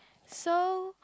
so